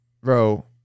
Bro